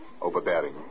overbearing